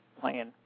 plan